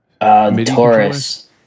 Taurus